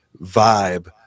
vibe